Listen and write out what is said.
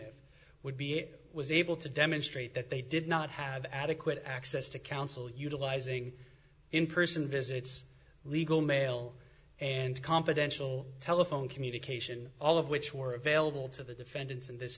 plain would be it was able to demonstrate that they did not have adequate access to counsel utilizing in person visits legal mail and confidential telephone communication all of which were available to the defendants in this